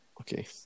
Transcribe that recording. okay